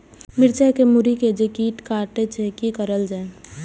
मिरचाय के मुरी के जे कीट कटे छे की करल जाय?